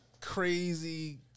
crazy